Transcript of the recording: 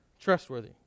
trustworthy